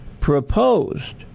proposed